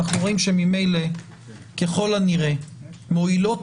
שאנחנו רואים שממילא ככל הנראה מועילות